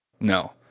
No